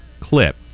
clip